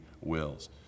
wills